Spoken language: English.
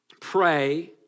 pray